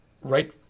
right